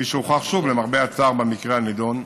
כפי שהוכח שוב, למרבה הצער, במקרה הנדון,